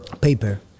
paper